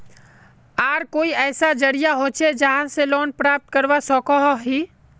आर कोई ऐसा जरिया होचे जहा से लोन प्राप्त करवा सकोहो ही?